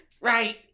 Right